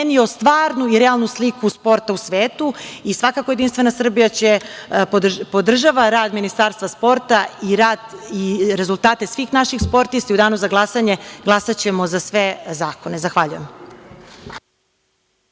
stvarnu i realnu sliku sporta u svetu. Svakako, Jedinstvena Srbija podržava rad Ministarstva sporta i rad i rezultate svih naših sportista i u Danu za glasanje glasaćemo za sve zakone. Zahvaljujem.